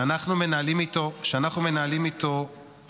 שאנחנו מנהלים איתו --- שמימנתם, נתניהו